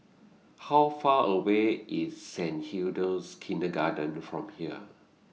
How Far away IS Saint Hilda's Kindergarten from here